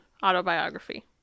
autobiography